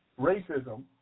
racism